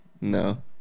No